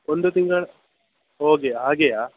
ಒಂದು ತಿಂಗಳು ಓಗೆ ಹಾಗೆಯಾ